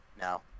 No